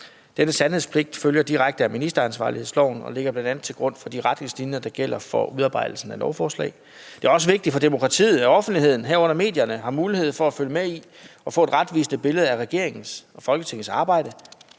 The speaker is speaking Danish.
Denne sandhedspligt følger direkte af ministeransvarlighedsloven og ligger bl.a. til grund for de retningslinjer, der gælder for udarbejdelse af lovforslag. Det er også vigtigt for demokratiet, at offentligheden, herunder medierne, har mulighed for at følge med i og få et retvisende billede af regeringens og Folketingets arbejde.